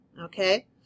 okay